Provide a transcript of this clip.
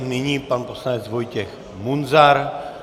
Nyní pan poslanec Vojtěch Munzar.